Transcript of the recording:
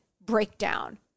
breakdown